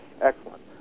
Excellent